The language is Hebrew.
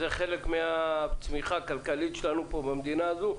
זה חלק מהצמיחה הכלכלית במדינה הזו,